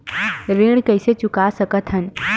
ऋण कइसे चुका सकत हन?